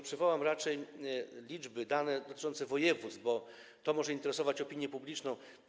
Przywołam zatem raczej liczby, dane dotyczące województw, bo to może interesować opinię publiczną.